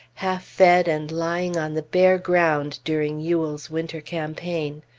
half fed, and lying on the bare ground during ewell's winter campaign.